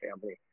family